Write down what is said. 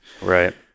right